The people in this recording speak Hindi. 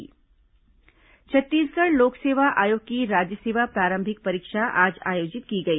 पीएससी परीक्षा छत्तीसगढ़ लोक सेवा आयोग की राज्य सेवा प्रारंभिक परीक्षा आज आयोजित की गई